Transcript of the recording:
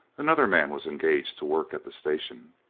another man was engaged to work at the station.